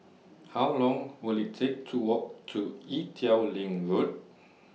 How Long Will IT Take to Walk to Ee Teow Leng Road